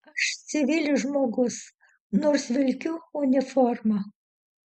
aš civilis žmogus nors vilkiu uniformą